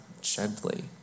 gently